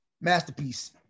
Masterpiece